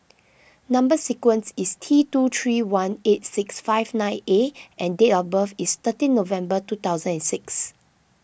Number Sequence is T two three one eight six five nine A and date of birth is thirteen November two thousand and six